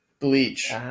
Bleach